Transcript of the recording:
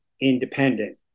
independent